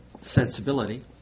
sensibility